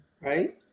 right